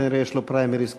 כנראה יש לו פריימריז קשים.